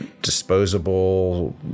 disposable